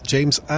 James